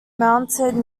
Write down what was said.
mounted